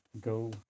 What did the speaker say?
go